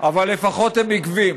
אבל לפחות הם עקביים.